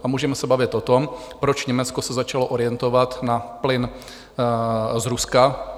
A můžeme se bavit o tom, proč se Německo začalo orientovat na plyn z Ruska.